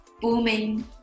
booming